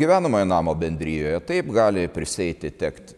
gyvenamojo namo bendrijoje taip gali prisieiti tekti